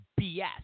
BS